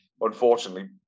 Unfortunately